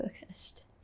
focused